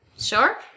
Sure